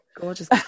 Gorgeous